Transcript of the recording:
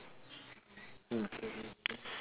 mm